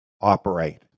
operate